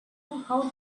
how